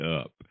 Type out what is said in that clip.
up